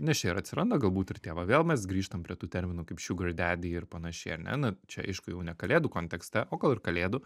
nes čia ir atsiranda galbūt ir tie va vėl mes grįžtam prie tų terminų kaip šiugar dedi ir panašiai ar ne na čia aišku jau ne kalėdų kontekste o gal ir kalėdų